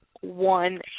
one